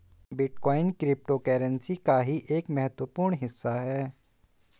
bitcoin cryptocurrency का ही एक महत्वपूर्ण हिस्सा है